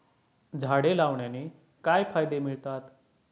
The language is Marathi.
झाडे लावण्याने काय फायदे मिळतात?